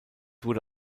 wurde